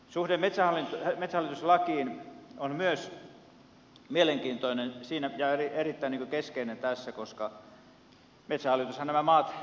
suhde metsähallitus lakiin on myös mielenkiintoinen ja erittäin keskeinen tässä koska metsähallitushan nämä maat omistaa